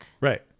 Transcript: Right